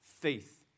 faith